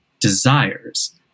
desires